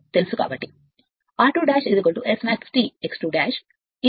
కాబట్టి r2 S max T x 2 ఇది మనకు తెలుసు